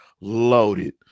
loaded